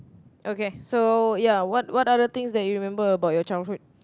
okay so ya what what are the things that you remember about your childhood